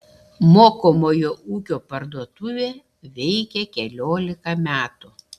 mokomojo ūkio parduotuvė veikia keliolika metų